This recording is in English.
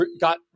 got